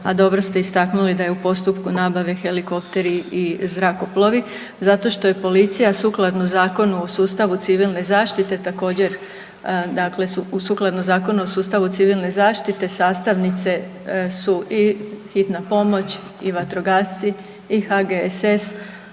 a dobro ste istaknuli da je u postupku nabave helikopteri i zrakoplovi zato što je policija sukladno Zakonu o sustavu civilne zaštite također, dakle sukladno Zakonu o sustavu civilne zaštite sastavnice su i hitna pomoć i vatrogasci i HGSS